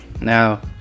Now